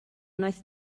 wnaeth